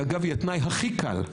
אגב היא התנאי הכי קל,